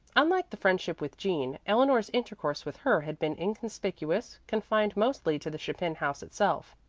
unlike the friendship with jean, eleanor's intercourse with her had been inconspicuous, confined mostly to the chapin house itself.